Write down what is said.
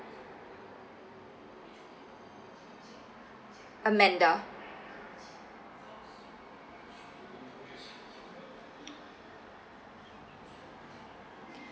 amanda